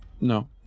no